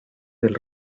del